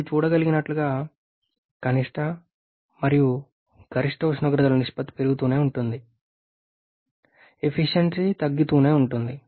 మీరు చూడగలిగినట్లుగా కనిష్ట మరియు గరిష్ట ఉష్ణోగ్రతల నిష్పత్తి పెరుగుతూనే ఉంటుంది ఎఫిషియెన్సీ తగ్గుతూనే ఉంటుంది